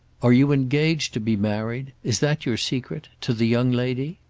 are you engaged to be married is that your secret to the young lady?